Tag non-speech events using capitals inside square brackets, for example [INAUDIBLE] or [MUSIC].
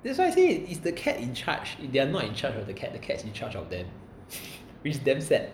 that's why I say it is the cat in charge they are not in charge of the cat the cat is in charge of them [LAUGHS] which is damn sad